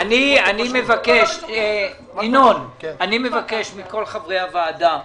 אני מבקש מכל חברי הוועדה,